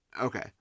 Okay